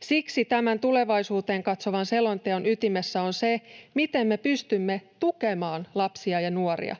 Siksi tämän tulevaisuuteen katsovan selonteon ytimessä on se, miten me pystymme tukemaan lapsia ja nuoria.